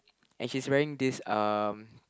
and she's wearing this um